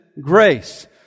Grace